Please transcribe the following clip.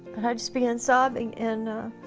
i just began sobbing and